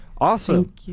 Awesome